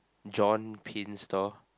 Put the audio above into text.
John Pin store